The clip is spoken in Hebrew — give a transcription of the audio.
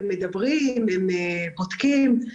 הם מדברים, הם בודקים.